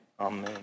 Amen